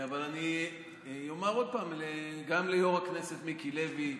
אבל אני אומר עוד פעם, גם ליו"ר הכנסת מיקי לוי,